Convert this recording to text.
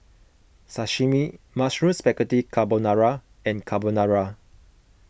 Sashimi Mushroom Spaghetti Carbonara and Carbonara